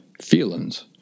feelings